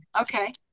okay